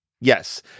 Yes